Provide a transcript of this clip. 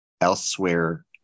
elsewhere